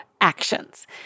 actions